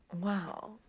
wow